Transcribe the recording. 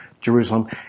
Jerusalem